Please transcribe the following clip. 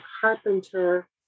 carpenter